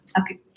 Okay